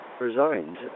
resigned